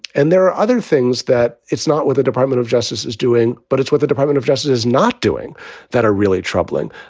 and there are other things that it's not what the department of justice is doing, but it's what the department of justice is not doing that are really troubling.